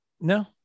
no